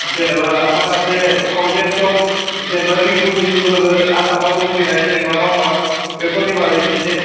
जेन'बा माखासे thousands of जेन'बा रिफुजिसफोरबो आसामाव दोनफैनाय जेन'बा बेफोरनि बारै एसे